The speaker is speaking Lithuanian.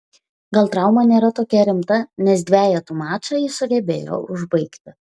gal trauma nėra tokia rimta nes dvejetų mačą jis sugebėjo užbaigti